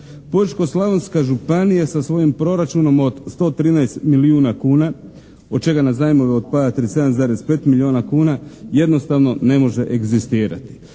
Požeško-slavonska županija sa svojim proračunom od 113 milijuna kuna od čega na zajmove otpada 37,5 milijuna kuna, jednostavno ne može egzistirati.